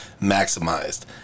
maximized